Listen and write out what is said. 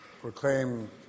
proclaim